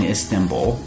Istanbul